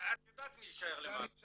את יודעת מי יישאר למעלה.